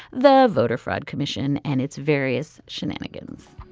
the voter fraud commission and its various shenanigans